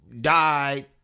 died